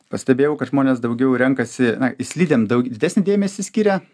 pastebėjau kad žmonės daugiau renkasi na slidėm daug didesnį dėmesį skiria